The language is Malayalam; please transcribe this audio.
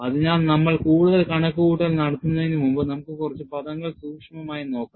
അതിനാൽ നമ്മൾ കൂടുതൽ കണക്കുകൂട്ടൽ നടത്തുന്നതിനുമുമ്പ് നമുക്ക് കുറച്ചു പദങ്ങൾ സൂക്ഷ്മമായി നോക്കാം